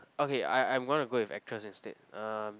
okay I I'm going to go with actress instead um